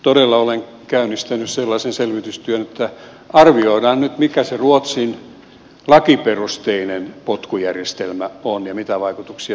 todella olen käynnistänyt sellaisen selvitystyön että arvioidaan nyt mikä se ruotsin lakiperusteinen potkujärjestelmä on ja mitä vaikutuksia sillä on ollut